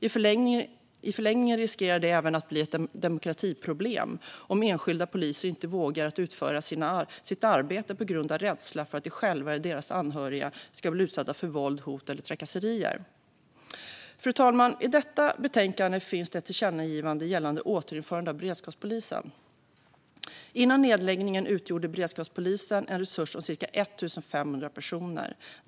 I förlängningen riskerar det att bli ett demokratiproblem om enskilda poliser inte vågar utföra sitt arbete på grund av rädsla för att de själva eller deras anhöriga ska bli utsatta för våld, hot eller trakasserier. Fru talman! I betänkandet finns det ett förslag om tillkännagivande gällande återinförande av beredskapspolisen. Före nedläggningen utgjorde beredskapspolisen en resurs om cirka 1 500 personer.